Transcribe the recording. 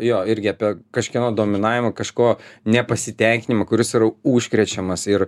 jo irgi apie kažkieno dominavimą kažko nepasitenkinimą kuris yra užkrečiamas ir